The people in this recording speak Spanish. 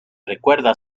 recuerda